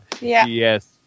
Yes